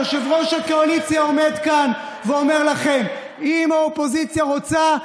יושב-ראש הקואליציה עומד כאן ואומר לכם: אם האופוזיציה רוצה,